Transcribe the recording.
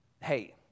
hey